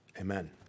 Amen